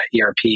ERP